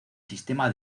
sistema